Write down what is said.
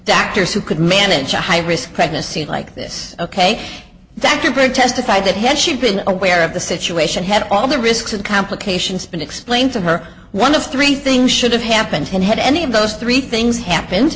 doctors who could manage a high risk pregnancy like this ok that could bring testified that had she been aware of the situation had all the risks of complications been explained to her one of three things should have happened had any of those three things happened